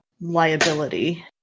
liability